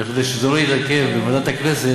כדי שזה לא יירקב בוועדת הכנסת,